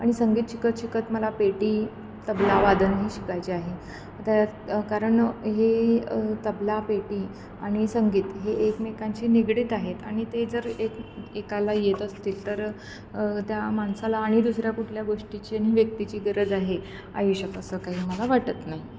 आणि संगीत शिकत शिकत मला पेटी तबला वादनही शिकायचे आहे तर कारण हे तबला पेटी आणि संगीत हे एकमेकांशी निगडीत आहेत आणि ते जर एक एकाला येत असतील तर त्या माणसाला आणि दुसऱ्या कुठल्या गोष्टीची आणि व्यक्तीची गरज आहे आयुष्यात असं काही मला वाटत नाही